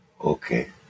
Okay